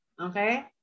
Okay